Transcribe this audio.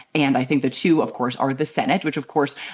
and i think the two, of course, are the senate, which, of course,